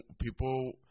people